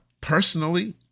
personally